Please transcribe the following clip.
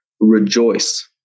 Rejoice